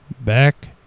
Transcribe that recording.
Back